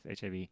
HIV